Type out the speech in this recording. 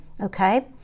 Okay